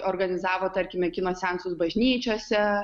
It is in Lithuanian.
organizavo tarkime kino seansus bažnyčiose